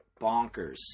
bonkers